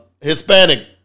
Hispanic